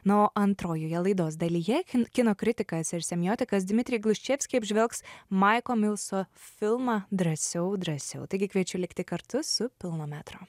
na o antrojoje laidos dalyje kino kritikas ir semiotikas dmitrij gluščevski apžvelgs maiko milso filmą drąsiau drąsiau taigi kviečiu likti kartu su pilno metro